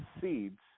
seeds